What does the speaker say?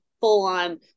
full-on